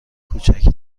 کوچک